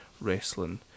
wrestling